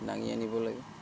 দাঙি আনিব লাগে